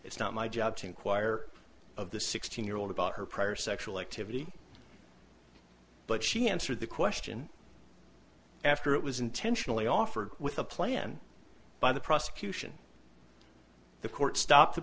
it's not my job to inquire of the sixteen year old about her prior sexual activity but she answered the question after it was intentionally offered with a plan by the prosecution the court stopped the